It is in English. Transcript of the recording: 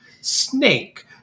snake